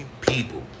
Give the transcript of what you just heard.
people